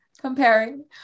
comparing